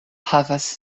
havas